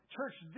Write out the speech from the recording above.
Church